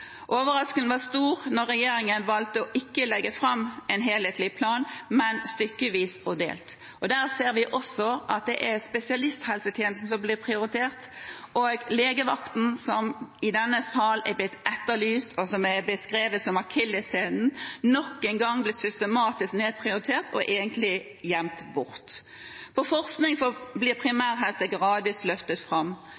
Overraskelsen var stor da regjeringen valgte ikke å legge fram en helhetlig plan, men stykkevis og delt. Og der ser vi også at det er spesialisthelsetjenesten som blir prioritert, og at legevakten – som i denne salen er blitt etterlyst, og som er blitt beskrevet som «akilleshælen» – nok en gang blir systematisk nedprioritert og egentlig gjemt bort. Innen forskning blir